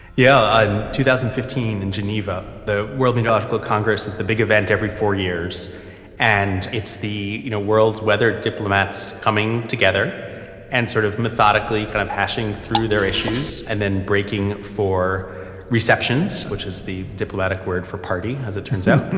yeah two thousand and fifteen in geneva, the world meteorological congress is the big event every four years and it's the you know world's weather diplomats coming together and sort of methodically kind of hashing through their issues and then breaking for receptions, which is the diplomatic word for party as it turns out.